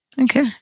Okay